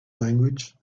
language